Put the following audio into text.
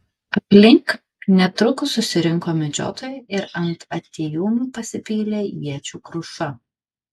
aplink netrukus susirinko medžiotojai ir ant atėjūnų pasipylė iečių kruša